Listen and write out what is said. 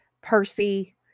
Percy